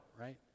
right